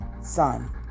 son